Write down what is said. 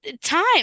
time